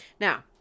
Now